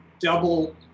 double